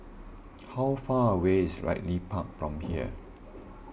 how far away is Ridley Park from here